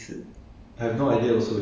除非有心人